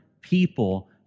people